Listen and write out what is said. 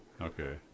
Okay